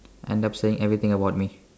end up saying everything about me